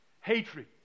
Hatred